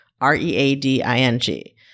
R-E-A-D-I-N-G